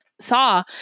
saw